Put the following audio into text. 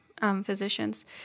physicians